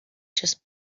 just